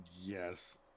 Yes